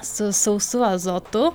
su sausu azotu